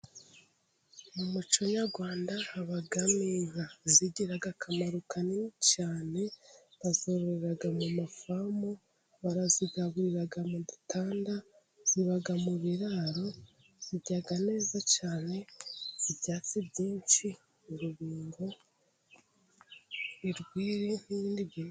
Mu muco nyarwanda habamo inka zigiraga akamaro kanini cyane, bazorore mu mafamu, barazigaburira mu dutanda, ziba mu biraro, zirya neza cyane, ibyatsi byinshi: urubingo, urwiri, n'ibindi bi...